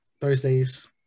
Thursdays